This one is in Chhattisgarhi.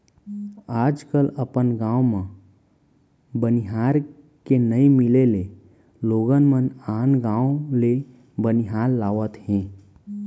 आज कल अपन गॉंव म बनिहार के नइ मिले ले लोगन मन आन गॉंव ले बनिहार लावत हें